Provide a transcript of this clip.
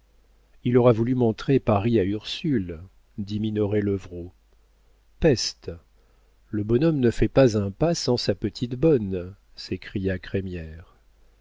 il aura voulu montrer paris à ursule dit minoret levrault peste le bonhomme ne fait pas un pas sans sa petite bonne s'écria crémière